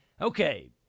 okay